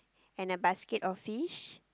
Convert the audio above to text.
and a basket of fish